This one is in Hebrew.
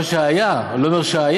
לא שהיה, אני לא אומר שהיה,